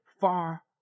far